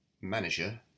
manager